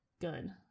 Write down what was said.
Good